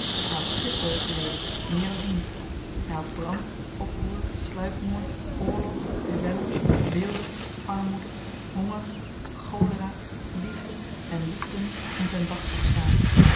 hy had schipbreuk geleden meer dan eens hy had brand oproer sluikmoord oorlog duëllen weelde armoede honger cholera liefde en liefden in zyn dagboek staan